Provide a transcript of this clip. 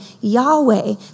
Yahweh